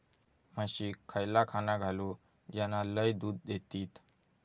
म्हशीक खयला खाणा घालू ज्याना लय दूध देतीत?